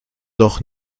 doch